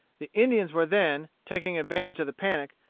the indians were then, taking advantage of the panic,